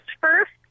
first